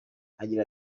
agira